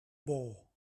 ball